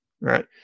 Right